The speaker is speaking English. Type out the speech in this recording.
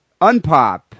Unpop